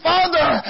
Father